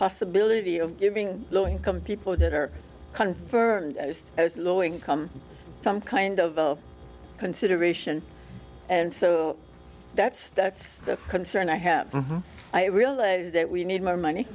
possibility of giving low income people that are confirmed as low income some kind of consideration and so that's that's the concern i have i realize that we need more money